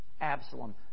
Absalom